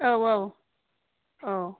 औ औ